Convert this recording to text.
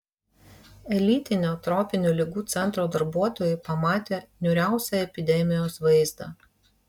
elitinio tropinių ligų centro darbuotojai pamatė niūriausią epidemijos vaizdą